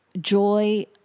joy